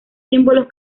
símbolos